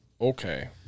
okay